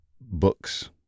books